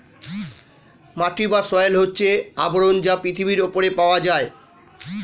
মাটি বা সয়েল হচ্ছে আবরণ যা পৃথিবীর উপরে পাওয়া যায়